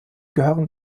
gehören